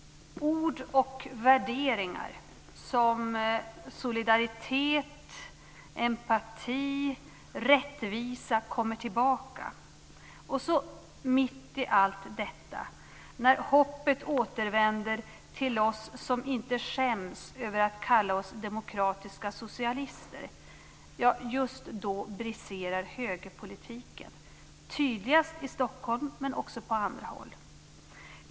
Värderingar och ord som solidaritet, empati och rättvisa kommer tillbaka. Så mitt i allt detta, när hoppet återvänder till oss som inte skäms över att kalla oss demokratiska socialister, briserar högerpolitiken - tydligast i Stockholm, men också på andra håll.